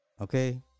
Okay